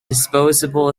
disposable